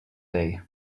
day